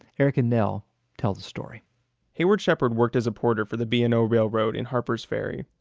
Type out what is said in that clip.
eric and neil tell the story hayward shepherd worked as a porter for the b and o railroad in harper's ferry.